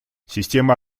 система